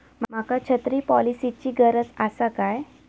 माका छत्री पॉलिसिची गरज आसा काय?